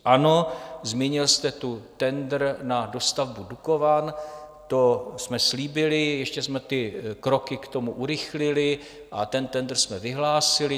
Ano, zmínil jste tu tendr na dostavbu Dukovan to jsme slíbili, ještě jsme ty kroky k tomu urychlili a ten tendr jsme vyhlásili.